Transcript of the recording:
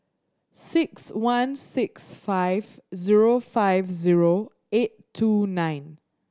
six one six five zero five zero eight two nine